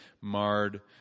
marred